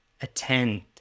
attend